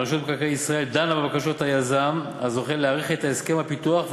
רשות מקרקעי ישראל דנה בבקשות היזם הזוכה להאריך את הסכם הפיתוח,